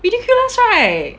ridiculous right